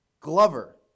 Glover